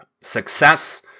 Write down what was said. success